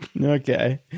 Okay